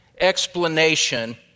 explanation